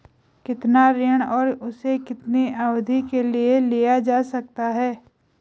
कितना ऋण और उसे कितनी अवधि के लिए लिया जा सकता है?